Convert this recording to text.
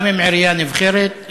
גם אם עירייה נבחרת,